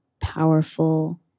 powerful